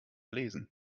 lesen